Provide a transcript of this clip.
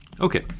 Okay